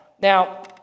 Now